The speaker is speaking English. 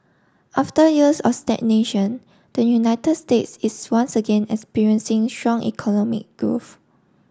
after years of stagnation the United States is once again experiencing strong economic growth